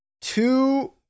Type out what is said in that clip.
two